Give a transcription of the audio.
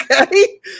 okay